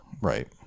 Right